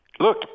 Look